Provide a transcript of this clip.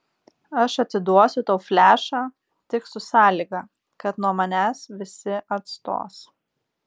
aš atiduosiu tau flešą tik su sąlyga kad nuo manęs visi atstos